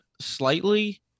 slightly